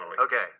Okay